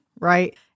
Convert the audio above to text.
right